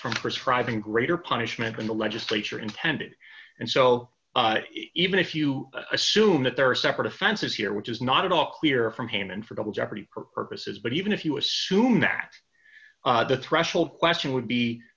from prescribing greater punishment than the legislature intended and so even if you assume that there are separate offenses here which is not at all clear from him and for double jeopardy purposes but even if you assume that the threshold question would be